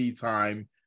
time